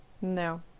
No